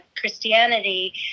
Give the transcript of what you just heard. Christianity